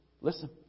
Listen